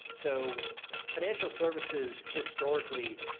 so financial services historically,